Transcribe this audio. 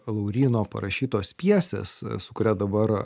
lauryno parašytos pjesės su kuria dabar